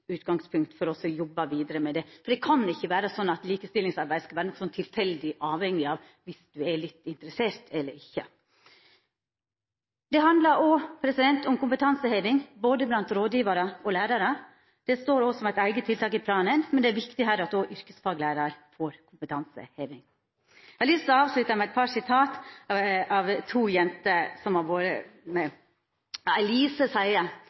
utgangspunkt for å jobba vidare med det. Det kan ikkje vera slik at likestillingsarbeid skal vera tilfeldig, avhengig av om ein er litt interessert eller ikkje interessert. Det handlar òg om kompetanseheving, både blant rådgjevarar og blant lærarar. Det står òg som eit eige tiltak i planen, men det er viktig her òg at yrkesfaglærarar får kompetanseheving. Eg har lyst til å avslutta med noko som er sagt av to jenter.